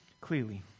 clearly